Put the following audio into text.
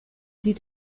sie